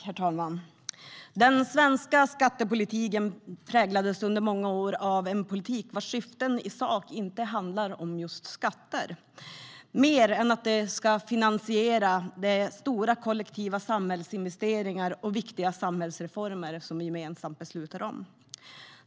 Herr talman! Den svenska skattepolitiken var under många år en politik vars syfte i sak inte handlade om just skatter, mer än att de skulle finansiera stora kollektiva samhällsinvesteringar och viktiga samhällsreformer som vi gemensamt beslutar om.